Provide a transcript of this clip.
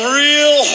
real